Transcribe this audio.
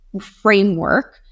framework